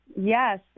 Yes